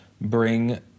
bring